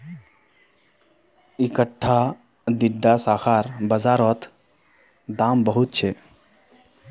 इकट्ठा दीडा शाखार बाजार रोत दाम बहुत छे